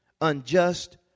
unjust